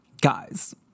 Guys